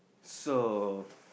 so